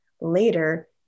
later